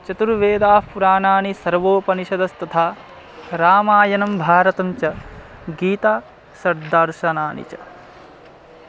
चतुर्वेदाः पुराणानि सर्वोपनिषदस्तथा रामायणं भारतं च गीताषड्दर्शनानि च